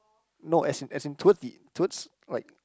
no as in as in towards the towards like